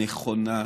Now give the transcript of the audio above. נכונה: